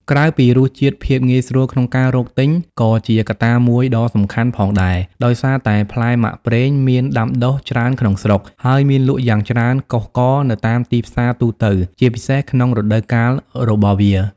ក្រៅពីរសជាតិ ភាពងាយស្រួលក្នុងការរកទិញក៏ជាកត្តាមួយដ៏សំខាន់ផងដែរ ដោយសារតែផ្លែមាក់ប្រេងមានដាំដុះច្រើនក្នុងស្រុក ហើយមានលក់យ៉ាងច្រើនកុះករនៅតាមទីផ្សារទូទៅ ជាពិសេសក្នុងរដូវកាលរបស់វា។